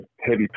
heavy